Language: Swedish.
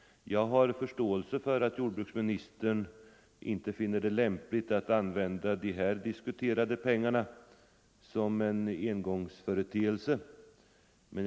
Jag har förståelse för att jordbruksministern inte finner det lämpligt att — som en engångsföreteelse — använda de här diskuterade pengarna.